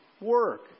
work